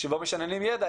שבו משננים ידע,